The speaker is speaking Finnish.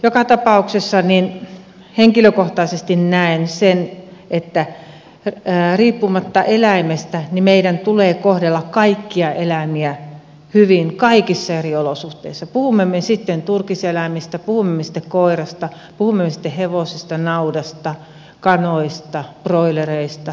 joka tapauksessa henkilökohtaisesti näen sen että riippumatta eläimestä meidän tulee kohdella kaikkia eläimiä hyvin kaikissa eri olosuhteissa puhumme me sitten turkiseläimistä puhumme me sitten koirasta puhumme me sitten hevosesta naudasta kanoista broilereista